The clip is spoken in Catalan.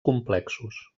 complexos